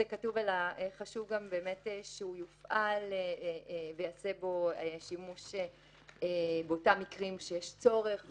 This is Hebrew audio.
כתוב אלא חשוב גם שהוא יופעל וייעשה בו שימוש באותם מקרים שיש צורך.